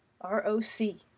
R-O-C